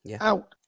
out